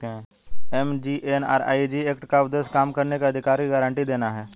MGNREG act का उद्देश्य काम करने के अधिकार की गारंटी देना है